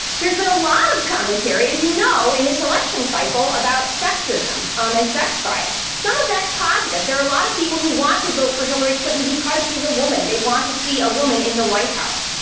there's been a lot of commentary as you know in this election cycle about sexism um and sex bias. some of that's positive. there are a lot of people who want to vote for hillary clinton because she's a woman, they want to see a woman in the white house.